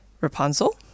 Rapunzel